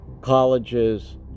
colleges